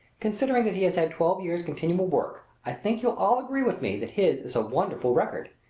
considering that he has had twelve years' continual work, i think you'll all agree with me that his is a wonderful record.